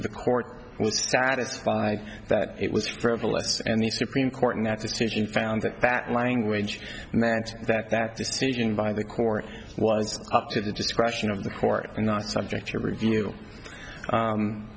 the court satisfied that it was for the less and the supreme court in that decision found that that language meant that that decision by the court was up to the discretion of the court and not subject to review